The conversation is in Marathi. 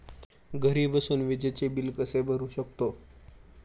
घरी बसून विजेचे बिल कसे भरू शकतो?